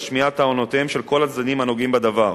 על שמיעת טענותיהם של כל הצדדים הנוגעים בדבר.